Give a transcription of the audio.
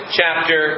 chapter